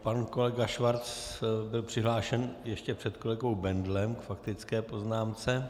Pan kolega Schwarz byl přihlášen ještě před kolegou Bendlem k faktické poznámce.